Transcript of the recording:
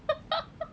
oh okay